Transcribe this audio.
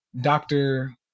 doctor